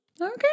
Okay